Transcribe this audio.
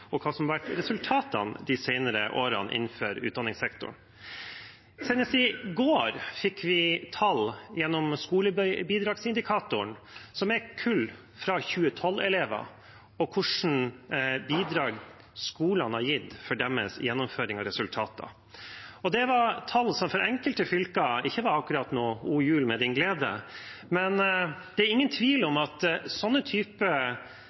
se hva som har vært gjort, og hva som har vært resultatene de senere årene innenfor utdanningssektoren. Senest i går fikk vi tall fra skolebidragsindikatoren om 2012-kullet og hva slags bidrag skolene har gitt for deres gjennomføring og resultater. Det var tall som for enkelte fylker ikke akkurat var o jul med din glede, men det er ingen tvil